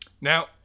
Now